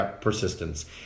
persistence